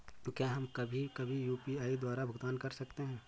क्या हम कभी कभी भी यू.पी.आई द्वारा भुगतान कर सकते हैं?